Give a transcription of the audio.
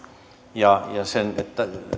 ja